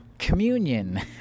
communion